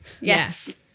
Yes